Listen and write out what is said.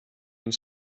been